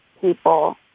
people